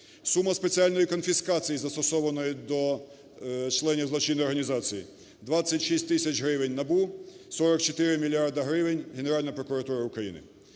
Сума спеціальної конфіскації, застосованої до членів злочинної організації: 26 тисяч гривень – НАБУ, 44 мільярди гривень – Генеральна прокуратура України.